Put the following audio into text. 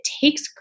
takes